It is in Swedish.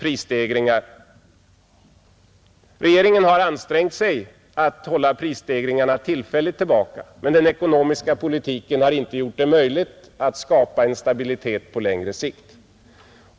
Regeringen har ansträngt sig att hålla prisstegringarna tillfälligt tillbaka, men den ekonomiska politiken har inte gjort det möjligt att skapa en stabilitet på längre sikt.